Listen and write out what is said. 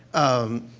um,